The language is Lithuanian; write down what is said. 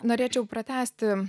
norėčiau pratęsti